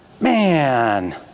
man